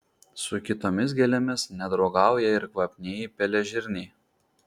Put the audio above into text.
su kitomis gėlėmis nedraugauja ir kvapnieji pelėžirniai